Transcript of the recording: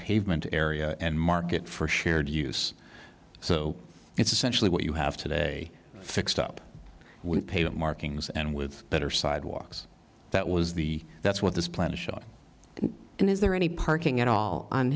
pavement area and market for shared use so it's essentially what you have today fixed up with paid markings and with better sidewalks that was the that's what this plan is shot in is there any parking at all on